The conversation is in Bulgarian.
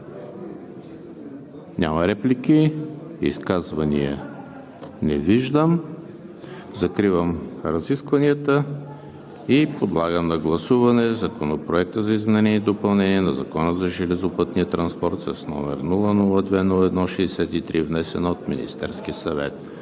Няма. Изказвания? Не виждам. Закривам разискванията. Подлагам на гласуване Законопроекта за изменение и допълнение на Закона за железопътния транспорт, № 002-01-63, внесен от Министерския съвет.